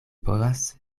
povas